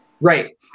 right